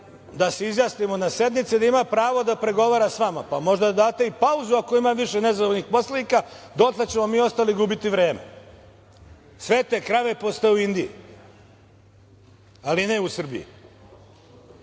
da se izjasnimo na sednici i da ima pravo da pregovara sa vama, pa možda da date i pauzu ako ima više nezadovoljnih poslanika. Dotle ćemo mi ostali gubiti vreme. Svete krave postoje u Indiji, ali ne u Srbiji.